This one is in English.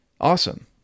Awesome